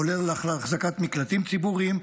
כולל אחזקת מקלטים ציבוריים,